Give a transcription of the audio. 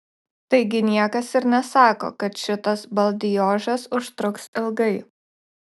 taigi niekas ir nesako kad šitas baldiožas užtruks ilgai